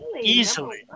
easily